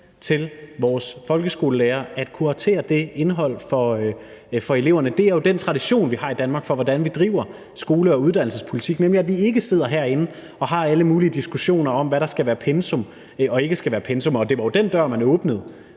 til vores folkeskolelærere at kuratere for eleverne. Det er jo den tradition, vi har i Danmark, for, hvordan vi driver skole- og uddannelsespolitik, nemlig at vi ikke sidder herinde og har alle mulige diskussioner om, hvad der skal være pensum og ikke skal være pensum. Det var den dør, man åbnede